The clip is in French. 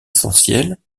essentielles